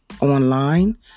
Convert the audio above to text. online